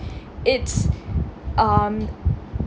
its um